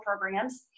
programs